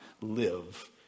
live